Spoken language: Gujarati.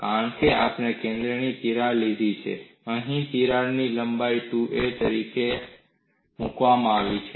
કારણ કે આપણે કેન્દ્રની તિરાડ લીધી છે અહીં તિરાડની લંબાઈ 2a તરીકે મૂકવામાં આવી છે